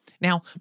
Now